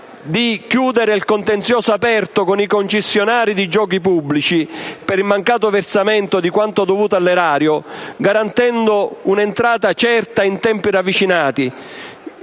di chiudere il contenzioso aperto con i concessionari di giochi pubblici per il mancato versamento di quanto dovuto all'Erario, garantendo un'entrata certa in tempi ravvicinati,